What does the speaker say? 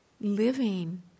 living